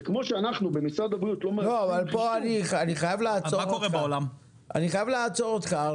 וכמו שאנחנו במשרד הבריאות לא מאשרים --- אני חייב לעצור אותך.